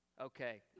Okay